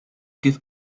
give